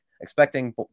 Expecting